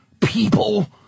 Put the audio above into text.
people